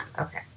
Okay